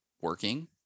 working